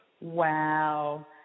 Wow